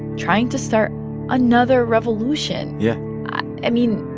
trying to start another revolution yeah i mean,